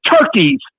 turkeys